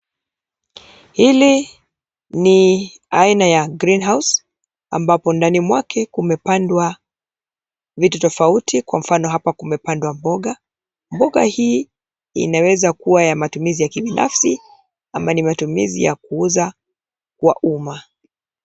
Hili ni aina ya greenhouse ambapo ndani mwake kumepandwa vitu tofauti kwa mfano hapa kumepandwa mboga. Mboga hii inaweza kuwa ya matumizi ya kibinafsi ama ni matumizi ya kuuza kwa umma.